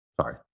Sorry